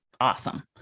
awesome